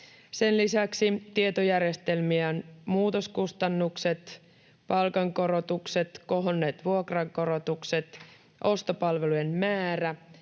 Sen lisäksi tietojärjestelmien muutoskustannukset, palkankorotukset, kohonneet vuokrankorotukset, ostopalvelujen määrä